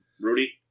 Rudy